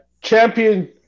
Champion